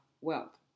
wealth